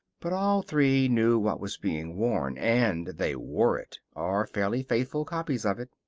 but all three knew what was being worn, and they wore it or fairly faithful copies of it.